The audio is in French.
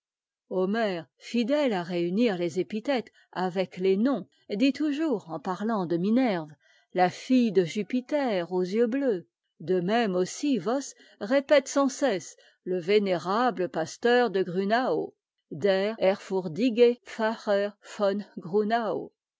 homère fidèle à réunir les épithètes avec les noms dit toujours en parlant de minerve la fille de jupiter aux yeux bleus de même aussi voss répète sans cesse le vénérable pasteur de gt ckam der